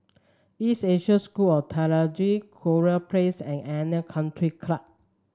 East Asia School of Theology Kurau Place and Arena Country Club